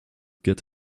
get